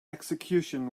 execution